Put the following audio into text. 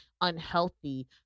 unhealthy